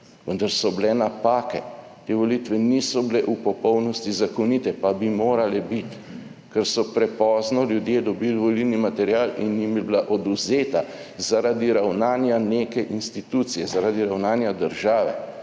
vendar so bile napake. Te volitve niso bile v popolnosti zakonite pa bi morale biti, ker so prepozno ljudje dobili volilni material in jim je bila odvzeta, zaradi ravnanja neke institucije, zaradi ravnanja države,